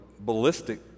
ballistic